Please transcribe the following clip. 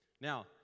Now